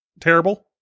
terrible